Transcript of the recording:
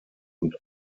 und